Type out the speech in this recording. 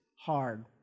hard